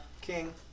king